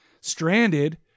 Stranded